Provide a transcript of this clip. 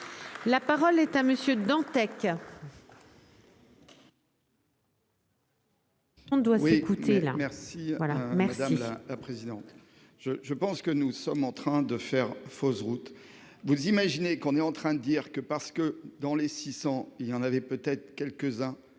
La parole est à monsieur Dantec. On doit écoutez merci hein. Madame la présidente. Je je pense que nous sommes en train de faire fausse route. Vous imaginez qu'on est en train de dire que parce que dans les six ans il y en avait peut-être quelques-uns